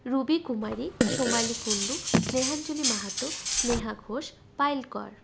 Ruby Kumari Somali Kundu Snehanjali Mahato Sneha Ghosh Payel কর